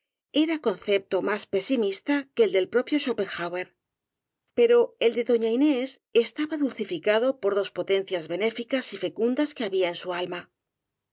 era concepto más pesimista que el del pro pio schopenhauer pero el de doña inés estaba dulcificado por dos potencias benéficas y fecundas que había en su alma